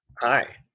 Hi